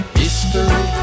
history